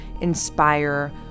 inspire